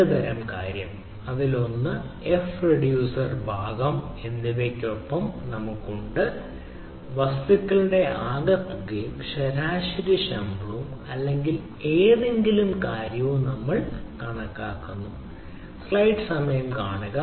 രണ്ട് തരം കാര്യം അതിലൊന്ന് എം എഫ് റിഡ്യൂസർ ഭാഗം എന്നിവയ്ക്കൊപ്പം നമുക്കുള്ളത് വസ്തുക്കളുടെ ആകെത്തുകയും ശരാശരി ശമ്പളവും അല്ലെങ്കിൽ ഏതെങ്കിലും കാര്യവും നമ്മൾ കണക്കാക്കുന്നു